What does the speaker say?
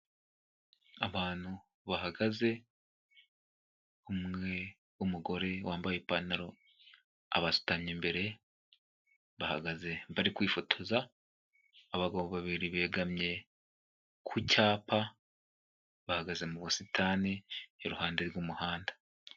Abantu bahagaze: umwe w'umugore wambaye ipantaro abasutamye imbere, bahagaze bari kwifotoza, abagabo babiri begamiye ku cyapa, bahagaze mu busitani, iruhande rw'umuhanda.